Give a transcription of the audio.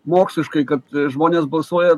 moksliškai kad žmonės balsuoja